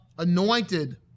anointed